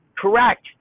correct